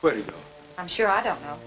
well i'm sure i don't know